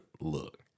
look